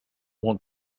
want